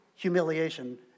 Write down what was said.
Humiliation